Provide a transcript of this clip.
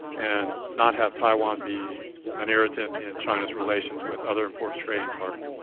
and not have taiwan be an irritant in china's relations with other important trading partners.